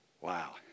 wow